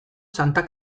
santa